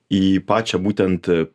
į pačią būtent